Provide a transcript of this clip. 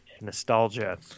nostalgia